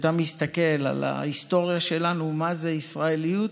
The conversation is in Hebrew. כשאתה מסתכל על ההיסטוריה שלנו, מה זה ישראליות,